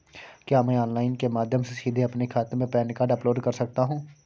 क्या मैं ऑनलाइन के माध्यम से सीधे अपने खाते में पैन कार्ड अपलोड कर सकता हूँ?